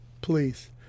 please